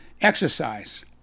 exercise